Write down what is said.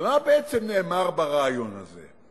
אבל מה בעצם נאמר ברעיון הזה?